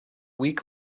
week